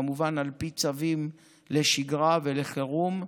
כמובן, על פי צווים לשגרה ולחירום.